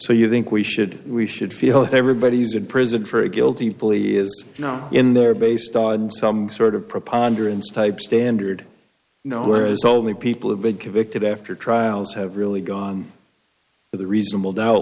so you think we should we should feel that everybody's in prison for a guilty plea is you know in there based on some sort of preponderance type standard no where is all the people have been convicted after trials have really gone to the reasonable doubt